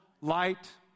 light